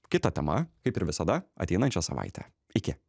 kita tema kaip ir visada ateinančią savaitę iki